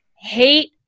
hate